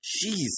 Jesus